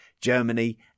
Germany